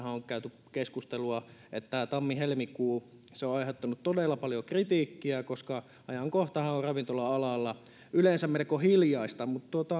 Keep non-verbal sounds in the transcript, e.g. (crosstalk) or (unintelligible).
(unintelligible) on käyty keskustelua tästä tammi helmikuusta se on on aiheuttanut todella paljon kritiikkiä koska ajankohtahan on ravintola alalla yleensä melko hiljainen